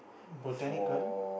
Botanic Garden